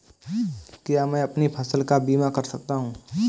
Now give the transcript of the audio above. क्या मैं अपनी फसल का बीमा कर सकता हूँ?